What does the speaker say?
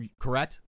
correct